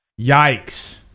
Yikes